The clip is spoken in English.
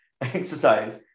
exercise